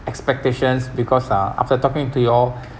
expectations because uh after talking to you all